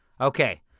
Okay